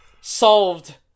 solved